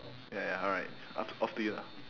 ya ya alright up off to you lah